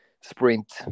sprint